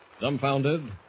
Dumbfounded